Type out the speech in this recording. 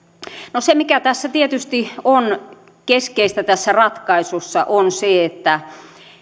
no se mikä tietysti on keskeistä tässä ratkaisussa on se että